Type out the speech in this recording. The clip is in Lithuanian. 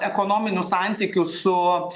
ekonominių santykių su